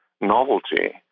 novelty